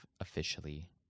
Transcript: officially